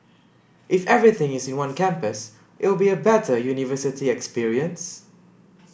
if everything is in one campus it'll be a better university experience